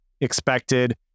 expected